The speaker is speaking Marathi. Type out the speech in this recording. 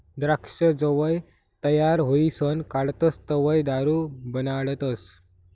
द्राक्ष जवंय तयार व्हयीसन काढतस तवंय दारू बनाडतस